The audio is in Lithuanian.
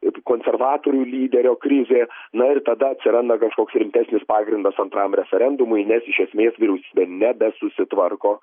ir konservatorių lyderio krizė na ir tada atsiranda kažkoks rimtesnis pagrindas antram referendumui nes iš esmės vyriausybė nebesusitvarko